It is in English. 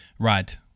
Right